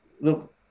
look